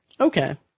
okay